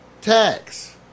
tax